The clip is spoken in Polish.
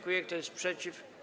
Kto jest przeciw?